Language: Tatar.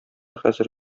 хәзер